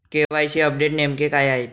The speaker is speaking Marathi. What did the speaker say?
के.वाय.सी अपडेट नेमके काय आहे?